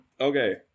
okay